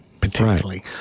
particularly